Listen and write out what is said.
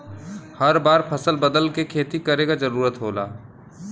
हर बार फसल बदल के खेती करे क जरुरत होला